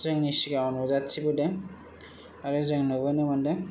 जोंनि सिगाङाव नुजाथिबोदों आरो जों नुबोनो मोनदों